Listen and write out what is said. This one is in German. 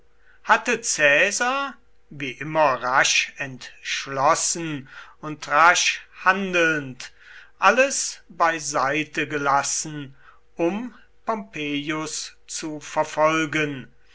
hatte caesar wie immer rasch entschlossen und rasch handelnd alles beiseite gelassen um pompeius zu verfolgen